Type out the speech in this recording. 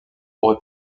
aurait